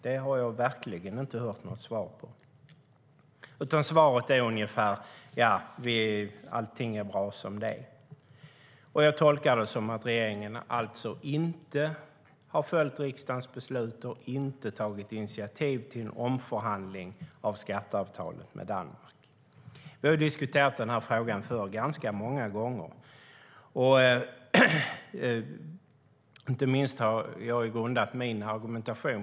Detta har jag verkligen inte hört något svar på, utan svaret är ungefär att allt är bra som det är. Jag tolkar det som att regeringen inte har följt riksdagens beslut och inte tagit initiativ till en omförhandling av skatteavtalet med Danmark. Vi har diskuterat denna fråga ganska många gånger.